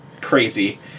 crazy